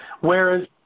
Whereas